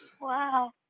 Wow